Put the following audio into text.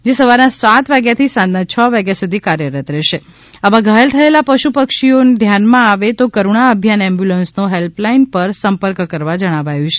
જે સવારના સાત વાગ્યાથી સાંજના છ વાગ્યા સુધી કાર્યરત રહેશે આવા ઘાયલ થયેલા પશુ પક્ષીઓ ધ્યાનમાં આવે તો કરૂણા અભિયાન એમ્બ્યુલન્સનો હેલ્પલાઇન પર સંપર્ક કરવા જણાવાયું છે